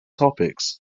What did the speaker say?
topics